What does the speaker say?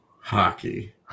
hockey